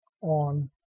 on